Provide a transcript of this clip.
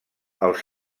els